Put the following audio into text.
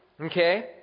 okay